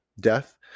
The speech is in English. death